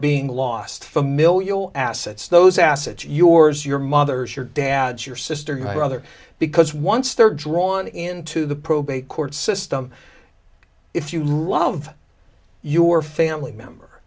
being lost familial assets those assets yours your mother's your dad your sister your brother because once they're drawn into the probate court system if you love your family member